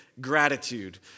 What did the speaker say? gratitude